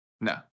No